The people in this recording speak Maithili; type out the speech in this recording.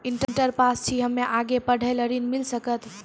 इंटर पास छी हम्मे आगे पढ़े ला ऋण मिल सकत?